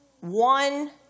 One